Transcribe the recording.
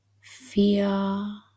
Fear